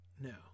no